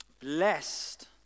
Blessed